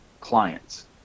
clients